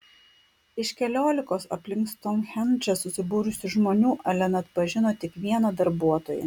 iš keliolikos aplink stounhendžą susibūrusių žmonių elena atpažino tik vieną darbuotoją